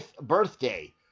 birthday